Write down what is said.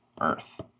earth